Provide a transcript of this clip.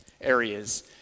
areas